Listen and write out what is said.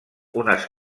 unes